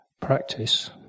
practice